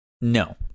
No